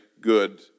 good